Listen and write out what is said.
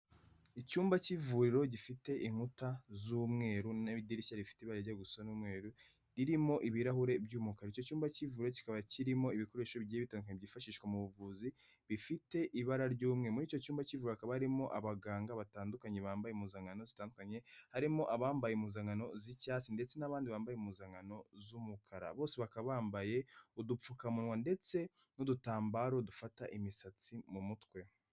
Icyumba cy'ivuriro gifite inkuta z'umweru n'idirishya rifite ibara rijya gusa n'umweru ririmo ibirahuri by'umukara, icyo cyumba cy'ivuriro kikaba kirimo ibikoresho bigiye bitandukanye byifashishwa mu buvuzi bifite ibara ry'umweru. Muri icyo cyumba cy'ivuriro kikaba barimo abaganga batandukanye bambaye impuzankano zitandukanye harimo abambaye impuzankano z'icyatsi, ndetse n'abandi bambaye impuzankano z'umukara bose bakaba bambaye udupfukamunwa ndetse n'udutambaro dufata imisatsi mu mutwe.